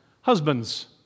husbands